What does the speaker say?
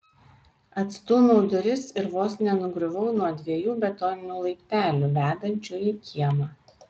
atstūmiau duris ir vos nenugriuvau nuo dviejų betoninių laiptelių vedančių į kiemą